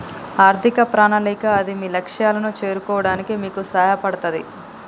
ఆర్థిక ప్రణాళిక అది మీ లక్ష్యాలను చేరుకోవడానికి మీకు సహాయపడతది